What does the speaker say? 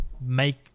make